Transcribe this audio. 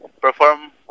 perform